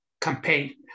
campaign